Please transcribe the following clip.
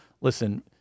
Listen